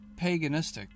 paganistic